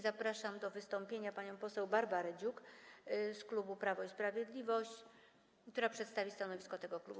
Zapraszam do wystąpienia panią poseł Barbarę Dziuk z klubu Prawo i Sprawiedliwość, która przedstawi stanowisko tego klubu.